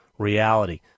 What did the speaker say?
reality